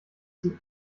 zum